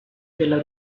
della